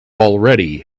already